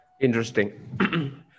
Interesting